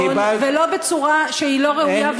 ולא בצורה שהיא לא ראויה,